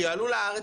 שיעלו לארץ,